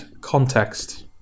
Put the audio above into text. context